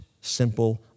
simple